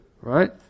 right